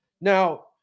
Now